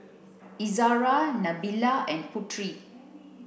Izara Nabila and Putri